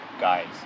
guys